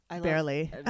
barely